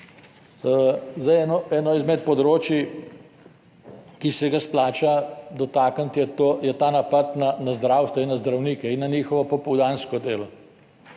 to. Eno izmed področij, ki se ga splača dotakniti, je ta napad na zdravstvo in na zdravnike in na njihovo popoldansko delo.